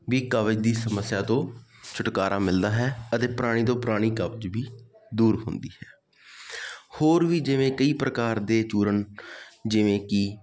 ਵੀ ਕਬਜ਼ ਦੀ ਸਮੱਸਿਆ ਤੋਂ ਛੁਟਕਾਰਾ ਮਿਲਦਾ ਹੈ ਅਤੇ ਪੁਰਾਣੀ ਤੋਂ ਪੁਰਾਣੀ ਕਬਜ਼ ਵੀ ਦੂਰ ਹੁੰਦੀ ਹੈ ਹੋਰ ਵੀ ਜਿਵੇਂ ਕਈ ਪ੍ਰਕਾਰ ਦੇ ਚੂਰਨ ਜਿਵੇਂ ਕਿ